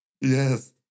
Yes